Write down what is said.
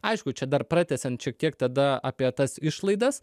aišku čia dar pratęsiant šiek tiek tada apie tas išlaidas